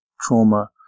trauma